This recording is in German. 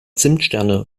zimtsterne